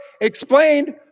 explained